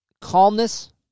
Calmness